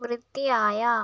വൃത്തിയായ